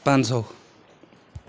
पाँच सय